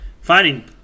finding